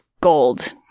gold